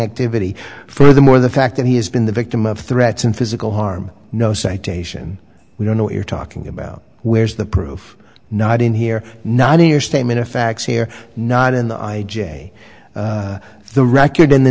activity furthermore the fact that he has been the victim of threats and physical harm no citation we don't know what you're talking about where's the proof not in here not in your statement of facts here not in the i j a the record in the